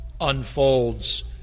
unfolds